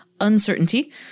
uncertainty